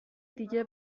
دیگه